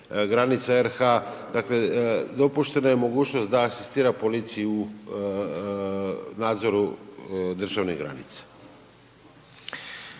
granica RH dakle dopuštena je mogućnost da asistira policiji u nadzoru državnih granica.